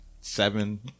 seven